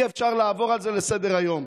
אי-אפשר לעבור על זה לסדר-היום.